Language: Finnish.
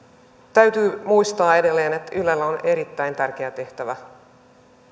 täytyy muistaa edelleen että ylellä on erittäin tärkeä tehtävä